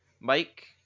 Mike